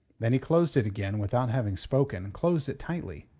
then he closed it again without having spoken closed it tightly.